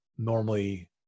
Normally